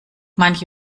manche